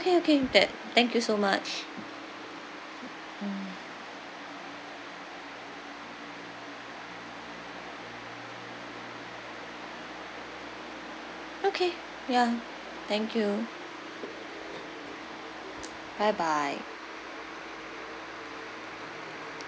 okay okay tha~ thank you so much mm okay ya thank you bye bye